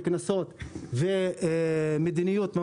קנסות ומדיניות